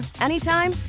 anytime